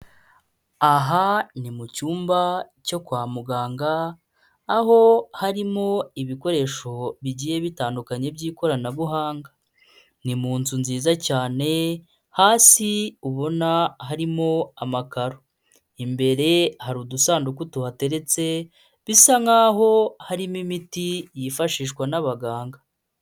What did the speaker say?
Aha ni mu cyumba cyo kwa muganga, aho harimo ibikoresho bigiye bitandukanye by'ikoranabuhanga, ni mu nzu nziza cyane hasi ubona harimo amakaro, imbere hari udusanduku tuhateretse bisa nkaho harimo imiti yifashishwa n'abaganga.